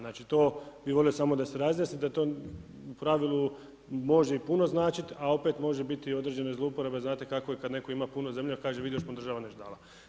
Znači to, bih volio samo da se razjasni, da to u pravilu može i puno značiti a opet može biti i određene zlouporabe, znate kako je kada netko ima puno zemlje a kaže vidi još mu država nešto dala.